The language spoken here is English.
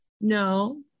No